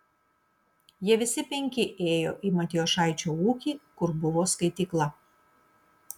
jie visi penki ėjo į matijošaičio ūkį kur buvo skaitykla